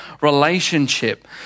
relationship